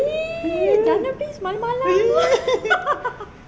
!ee! !ee!